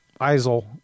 ISIL